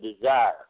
desire